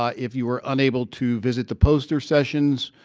ah if you were unable to visit the poster sessions,